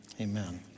Amen